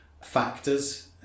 factors